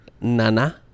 nana